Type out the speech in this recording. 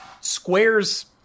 Square's